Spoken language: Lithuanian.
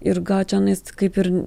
ir gal čionais kaip ir